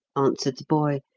answered the boy,